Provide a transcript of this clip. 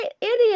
idiot